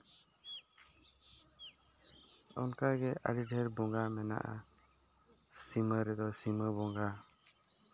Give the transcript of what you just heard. ᱚᱱᱠᱟ ᱜᱮ ᱟᱹᱰᱤ ᱰᱷᱮᱨ ᱵᱚᱸᱜᱟ ᱢᱮᱱᱟᱜᱼᱟ ᱥᱤᱢᱟᱹ ᱨᱮᱫᱚ ᱥᱤᱢᱟᱹ ᱵᱚᱸᱜᱟ